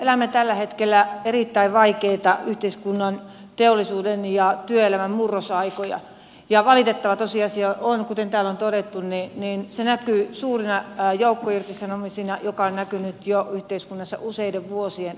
elämme tällä hetkellä erittäin vaikeita yhteiskunnan teollisuuden ja työelämän murrosaikoja ja valitettava tosiasia on kuten täällä on todettu että se näkyy suurina joukkoirtisanomisina mikä on näkynyt jo yhteiskunnassa useiden vuosien aikana